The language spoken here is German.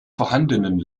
vorhandenen